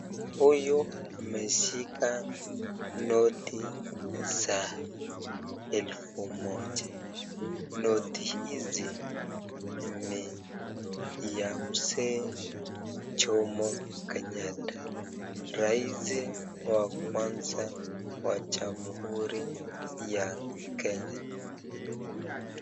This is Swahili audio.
Huyu ameshika noti za elfu moja, noti hizi ni ya mzee Jomo Kenyatta, Rais wa kwanza wa jamhuri ya Kenya.